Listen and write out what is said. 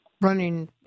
running